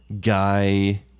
guy